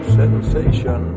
sensation